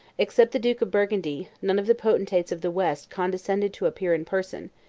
except the duke of burgundy, none of the potentates of the west condescended to appear in person,